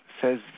says